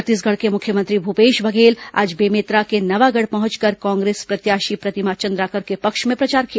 छत्तीसगढ़ के मुख्यमंत्री भूपेश बघेल आज बेमेतरा के नवागढ़ पहुंचकर कांग्रेस प्रत्याशी प्रतिमा चंद्राकर के पक्ष में प्रचार किया